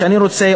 שאני רוצה,